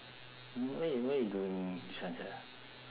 why you why you doing this one sia